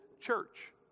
church